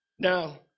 Now